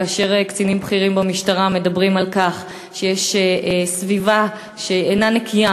כאשר קצינים בכירים במשטרה מדברים על כך שיש סביבה שאינה נקייה